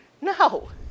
No